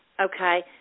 okay